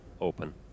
open